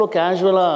casual